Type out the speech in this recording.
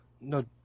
No